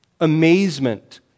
amazement